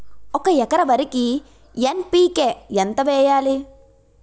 ఒక ఎకర వరికి ఎన్.పి.కే ఎంత వేయాలి?